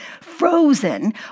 frozen